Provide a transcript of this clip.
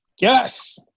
yes